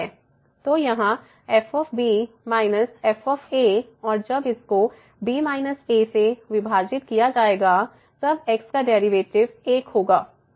तो यहाँ f f और जब इसको b a से विभाजित किया जाएगा तब x का डेरिवेटिव 1 होगा